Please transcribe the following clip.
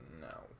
No